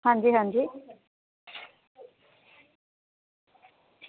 आं जी आं जी